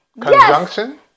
conjunction